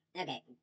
Okay